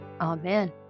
Amen